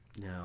No